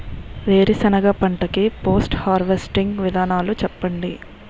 వేరుసెనగ పంట కి పోస్ట్ హార్వెస్టింగ్ విధానాలు చెప్పండీ?